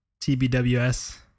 TBWS